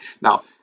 Now